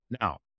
Now